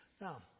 Now